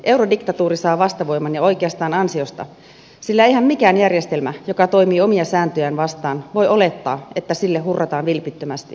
eurodiktatuuri saa vastavoiman ja oikeastaan ansiosta sillä eihän mikään järjestelmä joka toimii omia sääntöjään vastaan voi olettaa että sille hurrataan vilpittömästi